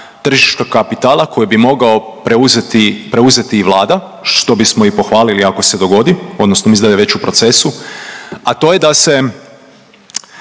tržištu kapitala koje bi mogao preuzeti i Vlada što bismo i pohvalili ako se dogodi, odnosno mislim da je već u procesu, a to je da se